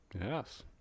Yes